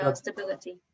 stability